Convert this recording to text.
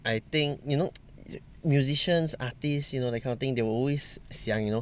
I think you know musicians artists you know that kind of thing they will always 想 you know